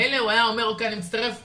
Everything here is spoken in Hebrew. מילא הוא היה אומר "אוקיי אני מצטרף לדרישה,